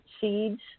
seeds